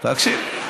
אני מקשיב גם.